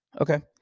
Okay